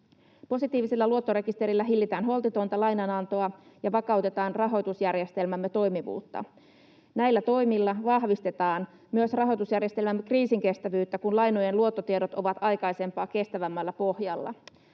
Positiivisella luottorekisterillä hillitään holtitonta lainanantoa ja vakautetaan rahoitusjärjestelmämme toimivuutta. Näillä toimilla vahvistetaan myös rahoitusjärjestelmän kriisinkestävyyttä, kun lainojen luottotiedot ovat aikaisempaa kestävämmällä pohjalla.